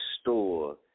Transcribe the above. store